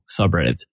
subreddit